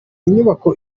inyubako